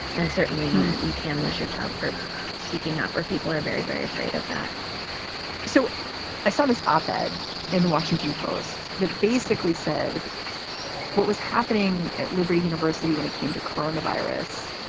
and certainly you can lose your job for speaking up or people are very, very afraid of that so i saw this op ed in the washington post that basically said what was happening at liberty university when it came to coronavirus.